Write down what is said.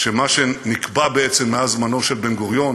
שמה שנקבע מאז זמנו של בן-גוריון